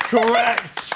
Correct